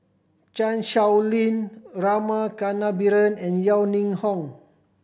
Chan Sow Lin Rama Kannabiran and Yeo Ning Hong